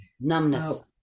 numbness